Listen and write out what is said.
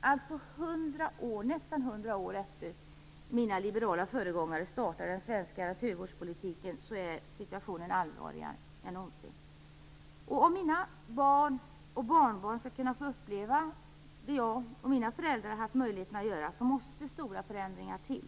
Alltså nästan hundra år efter det att mina liberala föregångare startade den svenska naturvårdspolitiken är situationen allvarligare än någonsin. Om mina barn och barnbarn skall kunna få uppleva vad jag och mina föräldrar haft möjlighet att uppleva måste stora förändringar till.